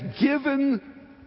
given